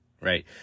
right